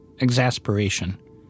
exasperation